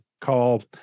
call